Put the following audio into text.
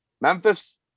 Memphis